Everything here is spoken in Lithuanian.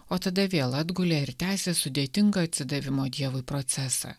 o tada vėl atgulė ir tęsė sudėtingą atsidavimo dievui procesą